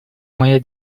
моя